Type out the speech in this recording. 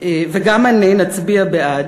וגם אני נצביע בעד,